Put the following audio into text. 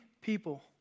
people